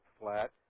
flat